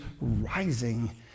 rising